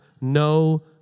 no